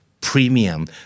premium